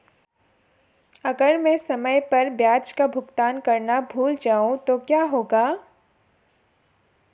अगर मैं समय पर ब्याज का भुगतान करना भूल जाऊं तो क्या होगा?